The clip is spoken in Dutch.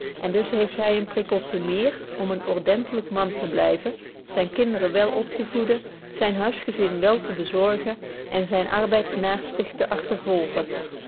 en dus heeft hy een prikkel te méér om een ordentelyk man te blyven zyne kinderen wel op te voeden zyn huisgezin wel te bezorgen en zynen arbeid naerstig te